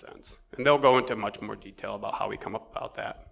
cents and they'll go into much more detail about how we come about that